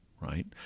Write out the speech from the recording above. right